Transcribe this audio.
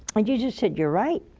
and jesus said, you're right.